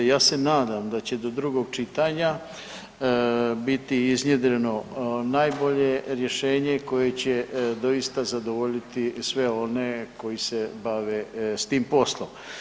Ja se nadam da će do drugog čitanja biti iznjedreno najbolje rješenje koje će doista zadovoljiti sve one koji se bave s tim poslom.